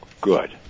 Good